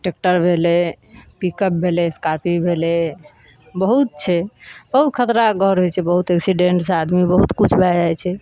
tractor भेलै pickup भेलै Scorpio भेलै बहुत छै आओर खतराक घर होइ छै एक्सीडेन्ट से आदमी बहुत किछु भए जाइ छै